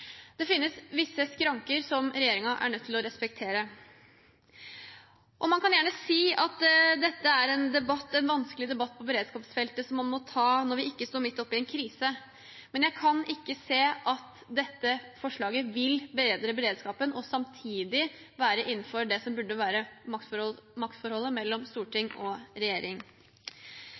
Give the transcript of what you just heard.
Det finnes visse skranker som regjeringen er nødt til å respektere. Man kan gjerne si at dette er en vanskelig debatt på beredskapsfeltet som man må ta når vi ikke står midt oppe i en krise. Men jeg kan ikke se at dette forslaget vil bedre beredskapen og samtidig være innenfor det som burde være maktforholdet mellom storting og regjering.